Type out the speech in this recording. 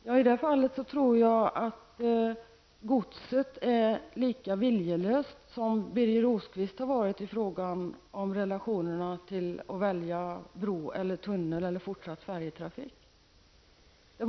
Ja, i det fallet tror jag att godset är lika viljelöst som Birger Rosqvist har varit i fråga om att välja bro eller tunnel eller fortsatt färjetrafik.